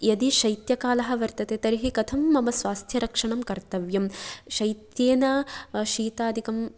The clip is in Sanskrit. यदि शैत्यकालः वर्तते तर्हि कथं मम स्वास्थ्यरक्षणं कर्तव्यं शैत्येन शीतादिकं